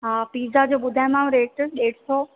हा पिज़्ज़ा जो ॿुधायोमाव रेट ॾेढ सौ